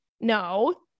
No